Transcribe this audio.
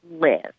live